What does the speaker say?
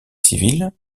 civil